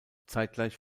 zeitgleich